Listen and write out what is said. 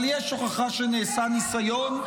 אבל יש הוכחה שנעשה ניסיון.